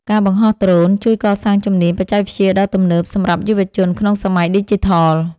ការបង្ហោះដ្រូនជួយកសាងជំនាញបច្ចេកវិទ្យាដ៏ទំនើបសម្រាប់យុវជនក្នុងសម័យឌីជីថល។